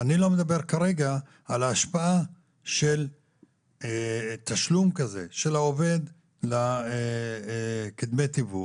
אני לא מדבר כרגע על ההשפעה של תשלום כזה של העובד כדמי תיווך,